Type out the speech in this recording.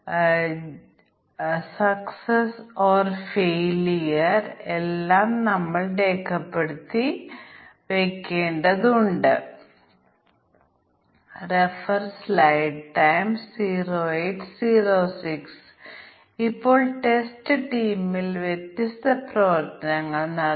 അതിനാൽ 0 മുതൽ 12 വരെ 12 ഇവിടെ ഉൾപ്പെടുത്തിയിട്ടുണ്ട് 12 പേരെ നിയമിച്ചിട്ടില്ല കൂടാതെ 12 പേരെ നിയമിക്കുന്നു സ്പെസിഫിക്കേഷന് തന്നെ അതിർത്തിയിൽ പ്രശ്നമുണ്ട്